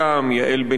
יעל בן-יפת,